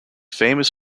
famous